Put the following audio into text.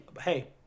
Hey